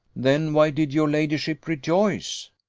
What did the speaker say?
then why did your ladyship rejoice?